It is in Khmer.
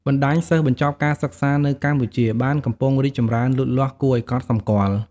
បណ្ដាញសិស្សបញ្ចប់ការសិក្សានៅកម្ពុជាបានកំពុងរីកចម្រើនលូតលាស់គួរឱ្យកត់សម្គាល់។